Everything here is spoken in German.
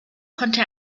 konnte